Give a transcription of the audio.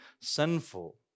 sinful